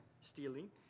stealing